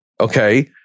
Okay